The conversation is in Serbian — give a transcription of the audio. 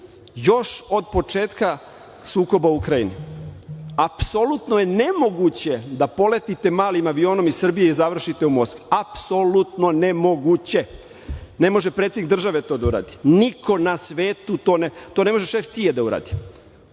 još od početka sukoba u Ukrajini. Apsolutno je nemoguće da poletite malim avionom iz Srbije i završite u Moskvi. Apsolutno nemoguće. Ne može predsednik države to da uradi. Niko na svetu ne može. To ne može ni šef CIA da uradi.